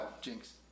Jinx